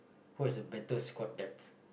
who has the better squad depth